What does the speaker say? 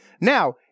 Now